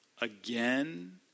again